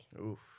Oof